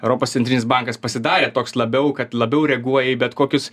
europos centrinis bankas pasidarė toks labiau kad labiau reaguoja į bet kokius